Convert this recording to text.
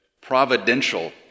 providential